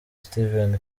steven